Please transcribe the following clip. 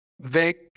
Vic